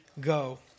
go